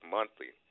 Monthly